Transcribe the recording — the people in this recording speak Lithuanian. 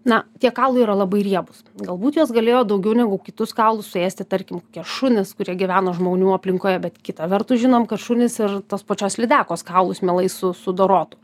na tie kaulai yra labai riebūs galbūt juos galėjo daugiau negu kitus kaulus suėsti tarkim kokie šunys kurie gyveno žmonių aplinkoje bet kita vertus žinom kad šunys ir tos pačios lydekos kaulus mielai su sudorotų